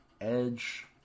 Edge